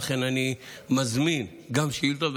ולכן אני מזמין שאילתות,